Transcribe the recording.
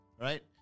Right